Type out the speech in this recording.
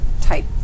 type